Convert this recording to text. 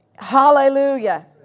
Hallelujah